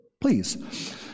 please